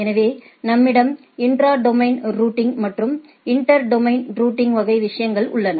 எனவே நம்மிடம் intra domain routing மற்றும் இன்டர் டொமைன் ரூட்டிங் வகை விஷயங்கள் உள்ளன